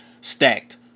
stacked